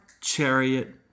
chariot